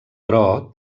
però